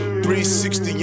360